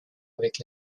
avec